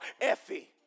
Effie